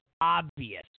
obvious